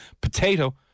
Potato